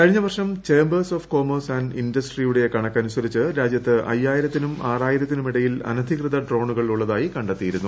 കഴിഞ്ഞ വർഷം chambers of commerce and ഇൻഡസ്ട്രിയുടെ കണക്കനുസരിച്ച് രാജ്യത്ത് അയ്യായിരത്തിനും ആറായിരിത്തിനും ഇടയിൽ അനധികൃത ഡ്രോണുകൾ ഉള്ളതായി കണ്ടെത്തിയിരുന്നു